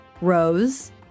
Rose